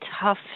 tough